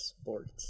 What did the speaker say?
Sports